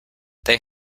they